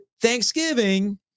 Thanksgiving